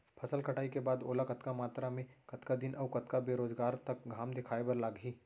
फसल कटाई के बाद ओला कतका मात्रा मे, कतका दिन अऊ कतका बेरोजगार तक घाम दिखाए बर लागही?